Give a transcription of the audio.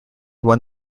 won